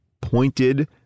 pointed